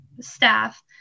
staff